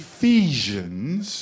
Ephesians